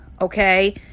okay